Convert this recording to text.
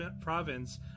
province